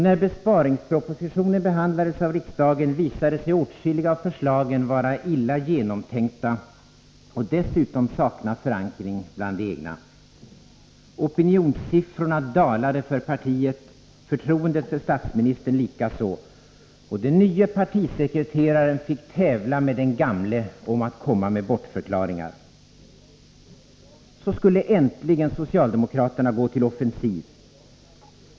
När besparingspropositionen behandlades av riksdagen visade sig åtskilliga av förslagen vara illa genomtänkta och dessutom sakna förankring bland de egna. Opinionssiffrorna dalade för partiet, förtroendet för statsministern likaså. Och den nye partisekreteraren fick tävla med den gamle när det gällde att komma med bortförklaringar. Så skulle äntligen socialdemokraterna gå till offensiv.